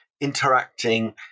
interacting